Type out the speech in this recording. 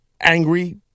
angry